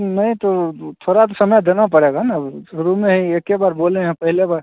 नहीं तो दो थोड़ा तो समय देना पड़ेगा ना शुरू में ही एक ही बार बोले हैं पहले बार